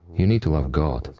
you need to love god.